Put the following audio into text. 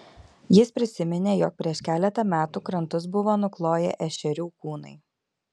jis prisiminė jog prieš keletą metų krantus buvo nukloję ešerių kūnai